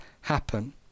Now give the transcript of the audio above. happen